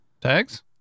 Tags